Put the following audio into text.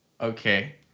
Okay